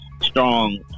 strong